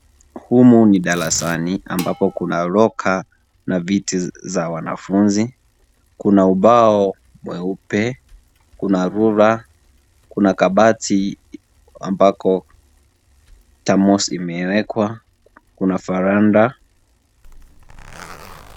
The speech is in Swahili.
Humu ni darasani ambapo kuna locker na viti za wanafunzi, kuna ubao mweupe, kuna rula, kuna kabati ambapo thermos imewekwa, kuna veranda.